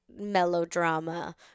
melodrama